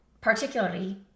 particularly